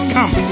Come